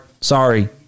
Sorry